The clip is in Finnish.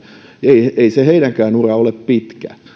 ei myöskään niiden yksilölajien edustajien ura ole pitkä ja